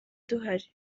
duhari